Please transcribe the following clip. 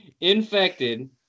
Infected